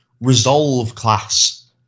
Resolve-class